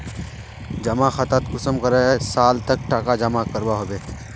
जमा खातात कुंसम करे साल तक टका जमा करवा होबे?